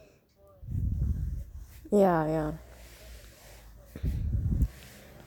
ya ya